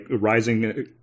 rising